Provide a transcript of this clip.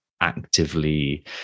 actively